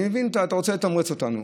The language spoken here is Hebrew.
אני מבין, אתה רוצה לתמרץ אותנו.